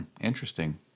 Interesting